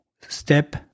step